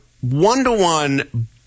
one-to-one